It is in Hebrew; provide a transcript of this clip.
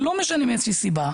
לא משנה מאיזו סיבה,